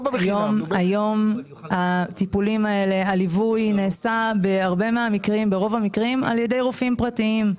היום הליווי נעשה ברוב המקרים על ידי רופאים פרטיים,